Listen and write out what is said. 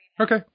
Okay